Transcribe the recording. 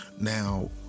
Now